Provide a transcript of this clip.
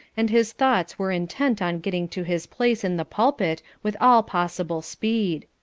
and his thoughts were intent on getting to his place in the pulpit with all possible speed.